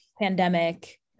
pandemic